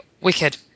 wicked